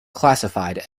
classified